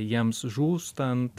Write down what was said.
jiems žūstant